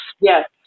Yes